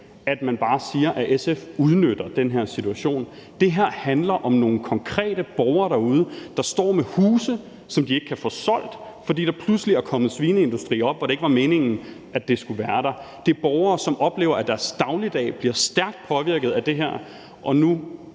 at man bare siger, at SF udnytter den her situation. Det her handler om konkrete borgere derude, der står med huse, som de ikke kan få solgt, fordi der pludselig er kommet en svineindustri der, hvor det ikke var meningen at der skulle være nogen. Det er borgere, som oplever, at deres dagligdag bliver stærkt påvirket af det her, og nu